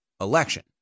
election